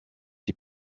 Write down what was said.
die